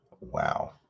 Wow